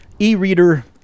e-reader